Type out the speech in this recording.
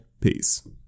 peace